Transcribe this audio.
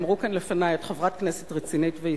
אמרו כאן לפני: את חברת כנסת רצינית ויסודית.